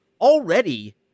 already